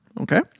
Okay